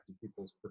people's